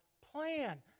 plan